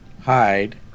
hide